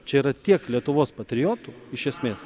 čia yra tiek lietuvos patriotų iš esmės